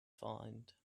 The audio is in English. find